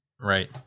right